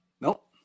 Nope